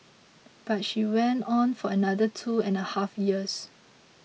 but she went on for another two and a half years